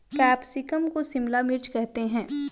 capsicum को शिमला मिर्च करते हैं